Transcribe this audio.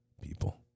people